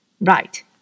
Right